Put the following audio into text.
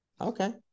Okay